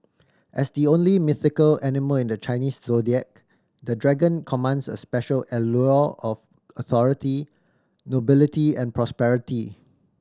as the only mythical animal in the Chinese Zodiac the Dragon commands a special allure of authority nobility and prosperity